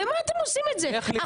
למה אתם עושים את זה?